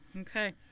okay